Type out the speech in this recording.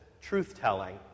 truth-telling